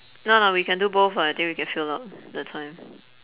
no we can do both [what] I think we can fill up the time